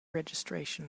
registration